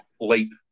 leap